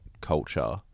culture